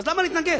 אז למה להתנגד?